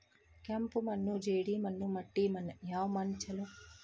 ಕೆಂಪು ಮಣ್ಣು, ಜೇಡಿ ಮಣ್ಣು, ಮಟ್ಟಿ ಮಣ್ಣ ಯಾವ ಮಣ್ಣ ಛಲೋ?